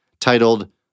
titled